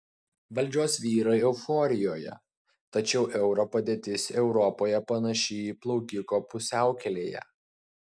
valdžios vyrai euforijoje tačiau euro padėtis europoje panaši į plaukiko pusiaukelėje